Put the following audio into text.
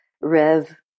rev